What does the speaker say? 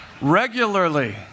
Regularly